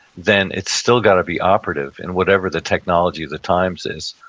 then it's still gotta be operative in whatever the technology of the times is.